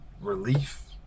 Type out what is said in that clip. Relief